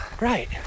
Right